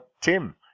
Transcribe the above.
Tim